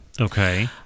Okay